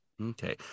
Okay